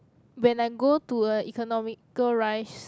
when I go to a economical rice